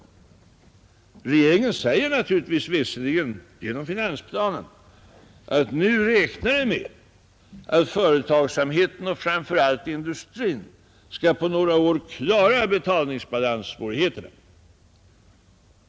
Regeringen säger visserligen, genom finansplanen, att nu räknar vi med att företagsamheten och framför allt industrin på några år skall klara betalningssvårigheterna.